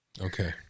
Okay